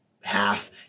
Half